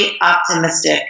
optimistic